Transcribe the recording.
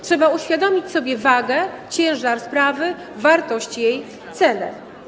Trzeba uświadomić sobie wagę, ciężar sprawy, wartość jej, cenę.